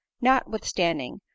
notwithstanding